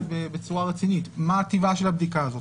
בצורה רצינית מה טיבה של הבדיקה הזאת?